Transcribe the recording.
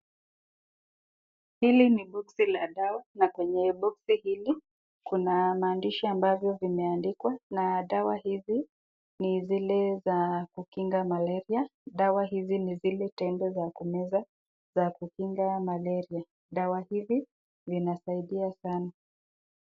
Hili ni boksi la dawa, na kwenye boksi hili kuna maandishi ambavyo vimeandikwa na madawa hizi, ni zile za kukinga malaria , dawa hizi ni zile tembe za kumeza, za kukinga malaria , dawa hizi zinasaidia sana.